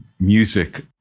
music